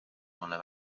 mulle